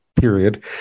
period